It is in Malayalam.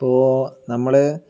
ഇപ്പോൾ നമ്മള്